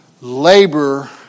Labor